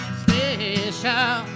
special